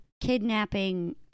kidnapping